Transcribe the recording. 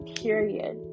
period